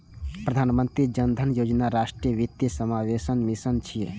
प्रधानमंत्री जन धन योजना राष्ट्रीय वित्तीय समावेशनक मिशन छियै